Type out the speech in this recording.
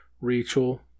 Rachel